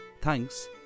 Thanks